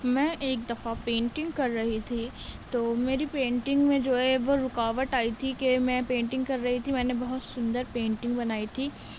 میں ایک دفعہ پینٹنگ کر رہی تھی تو میری میں جو ہے وہ رکاوٹ آئی تھی کہ میں پینٹنگ کر رہی تھی میں نے بہت سندر پینٹنگ بنائی تھی